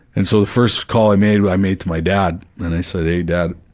and so the first call i made i made to my dad and i said, hey dad,